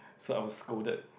so I was scolded